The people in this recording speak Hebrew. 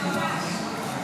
אלקטרונית.